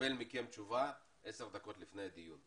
לקבל מכם תשובה 10 דקות לפני הדיון.